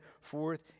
forth